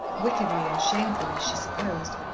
wickedly and shamefully she supposed,